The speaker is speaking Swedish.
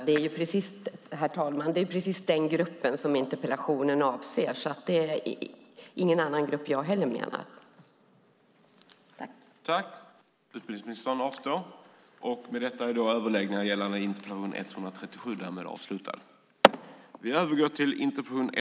Herr talman! Det är precis denna grupp som interpellationen avser, och jag menar inte heller någon annan grupp.